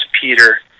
Peter